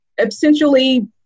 essentially